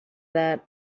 that